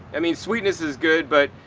i mean, sweetness is good but,